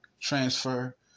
transfer